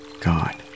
God